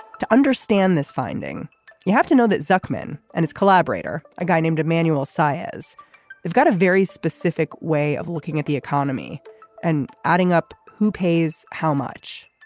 to understand this finding you have to know that zuckerman and his collaborator a guy named emmanuel say is they've got a very specific way of looking at the economy and adding up who pays how much